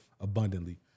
abundantly